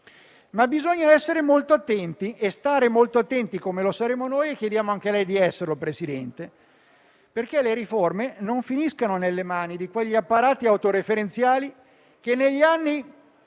Bisogna, però, stare molto attenti, come lo saremo noi (e chiediamo anche a lei di esserlo, Presidente), affinché le riforme non finiscano nelle mani di quegli apparati autoreferenziali che negli anni